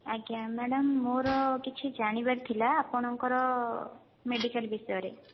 ଆଜ୍ଞା ମ୍ୟାଡମ ମୋର କିଛି ଜାଣିବାର ଥିଲା ଆପଣଙ୍କର ମେଡିକାଲ ବିଷୟରେ